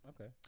Okay